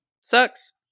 sucks